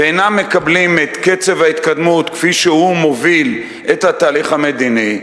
ואינם מקבלים את קצב ההתקדמות כפי שהוא מוביל את התהליך המדיני,